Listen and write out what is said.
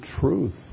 truth